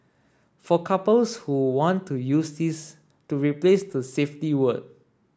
for couples who want to use this to replace the safety word